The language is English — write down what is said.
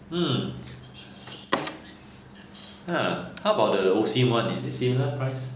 hmm ha how about the Osim [one] is it similar price